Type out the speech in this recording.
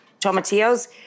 tomatillos